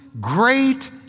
great